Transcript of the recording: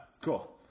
Cool